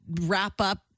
wrap-up